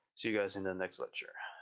see you guys in the next lecture,